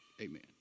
Amen